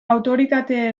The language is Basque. autoritate